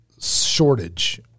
shortage